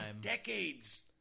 decades